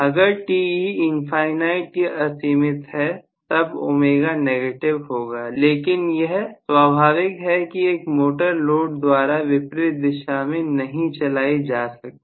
अगर Te infinite या असीमित है तब ω नेगेटिव होगा लेकिन यह स्वाभाविक है कि एक मोटर लोड द्वारा विपरीत दिशा में नहीं चलाई जा सकती